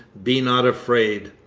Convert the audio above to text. be not afraid.